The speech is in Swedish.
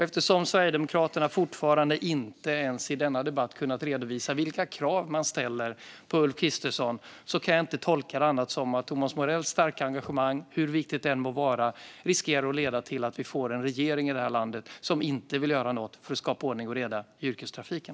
Eftersom Sverigedemokraterna fortfarande inte, inte ens i denna debatt, kunnat redovisa vilka krav man ställer på Ulf Kristersson kan jag inte tolka det på annat sätt än att Thomas Morells starka engagemang, hur viktigt det än må vara, riskerar att leda till att vi får en regering i det här landet som inte vill göra något för att skapa ordning och reda i yrkestrafiken.